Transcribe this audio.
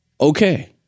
Okay